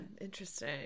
Interesting